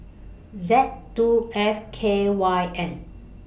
Z two F K Y N